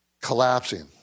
collapsing